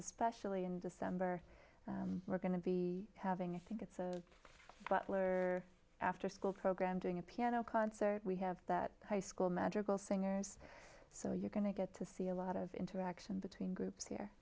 especially in december we're going to be having i think it's a butler after school program doing a piano concert we have that high school madrigal singers so you're going to get to see a lot of interaction between groups here